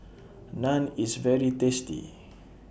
Naan IS very tasty